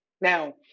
Now